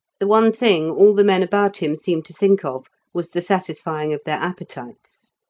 the one thing all the men about him seemed to think of was the satisfying of their appetites